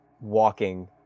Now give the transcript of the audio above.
walking